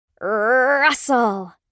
Russell